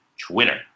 Twitter